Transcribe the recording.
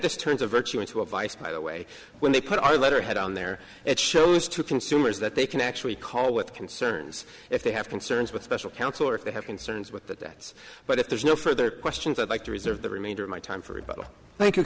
this turns a virtue into a vice by the way when they put out a letter head on there it shows to consumers that they can actually call with concerns if they have concerns with special counsel or if they have concerns with that but if there's no further questions i'd like to reserve the remainder of my time for